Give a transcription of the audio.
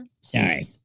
Sorry